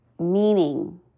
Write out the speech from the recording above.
meaning